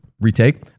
Retake